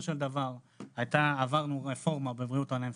של דבר עברנו רפורמה בבריאות הנפש.